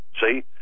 See